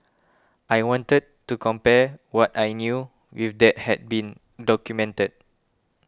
I wanted to compare what I knew with that had been documented